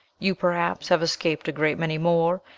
you perhaps have escaped a great many more,